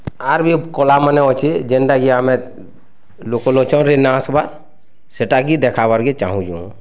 ଆର୍ ବି କଳାମାନେ ଅଛି ଯେନ୍ତାକି ଆମେ ଲୋକଲୋଟନରେ ନା ଆସିବା ସେଟା କି ଦେଖାବାକେ ଚାହୁଁଛେ ମୁଁ